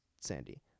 Sandy